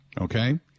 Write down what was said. okay